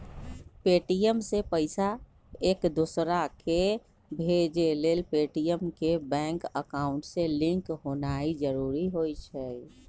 Paytm से पईसा एकदोसराकेँ भेजे लेल पेटीएम के बैंक अकांउट से लिंक होनाइ जरूरी होइ छइ